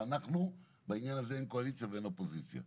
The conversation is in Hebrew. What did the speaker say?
ואנחנו - בעניין הזה אין קואליציה ואין אופוזיציה.